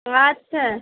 ও আচ্ছা